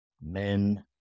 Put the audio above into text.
men